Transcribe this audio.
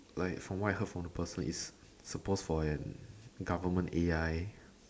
like from what I heard from the person it's suppose for an government A_I